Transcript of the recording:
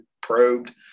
probed